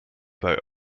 bei